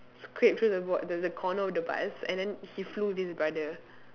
scrape through the bot~ the the corner of the bus and then he flew with his brother